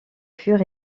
fur